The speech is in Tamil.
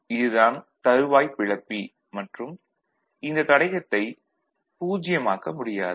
இது தான் தறுவாய்ப் பிளப்பி மற்றும் இந்த தடையத்தை 0 ஆக்க முடியாது